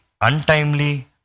untimely